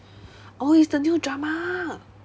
oh it's the new drama